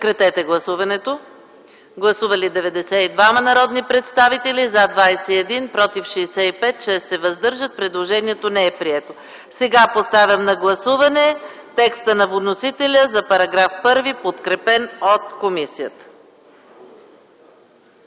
Поставям на гласуване текста на вносителя за § 1, подкрепен от комисията.